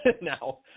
now